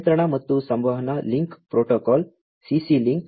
ನಿಯಂತ್ರಣ ಮತ್ತು ಸಂವಹನ ಲಿಂಕ್ ಪ್ರೋಟೋಕಾಲ್ CC ಲಿಂಕ್